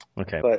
Okay